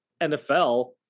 NFL